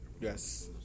Yes